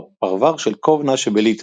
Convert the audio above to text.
פרבר של קובנה שבליטא.